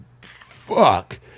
Fuck